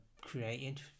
created